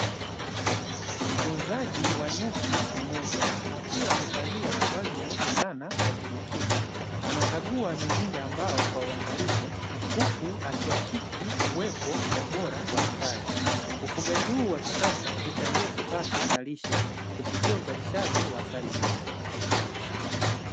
Mtunzaji wa nyuki mmoja, akiwa amevalia mavazi meupe sana ya kujikinga, anakagua mizinga kwa uangalifu, huku akihakiki uwepo na ubora wa asali. Ufugaji huu wa kisasa huchangia kipato na lishe kupitia uzalishaji wa asali bora.